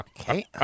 Okay